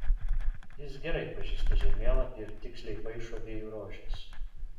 jis gerai pažįsta žemėlapį ir tiksliai paišo vėjų rožes